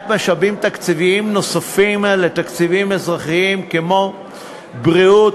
משאבים תקציביים נוספים לתקציבים אזרחיים כמו בריאות,